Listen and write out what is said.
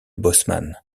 bosseman